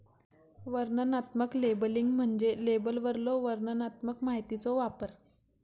वर्णनात्मक लेबलिंग म्हणजे लेबलवरलो वर्णनात्मक माहितीचो वापर